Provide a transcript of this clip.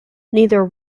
neither